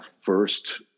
first